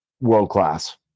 world-class